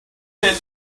can